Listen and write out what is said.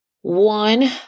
One